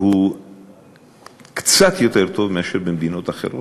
הוא קצת יותר טוב מאשר במדינות אחרות,